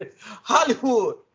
Hollywood